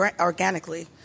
organically